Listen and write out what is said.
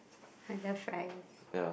I love fries